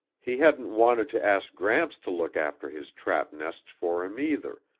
he hadn't wanted to ask gramps to look after his trap nests for him either,